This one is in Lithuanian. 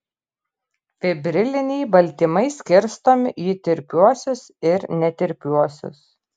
fibriliniai baltymai skirstomi į tirpiuosius ir netirpiuosius